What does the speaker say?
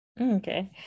okay